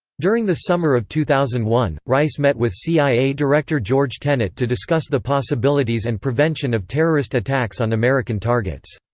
during the summer of two thousand and one, rice met with cia director george tenet to discuss the possibilities and prevention of terrorist attacks on american targets.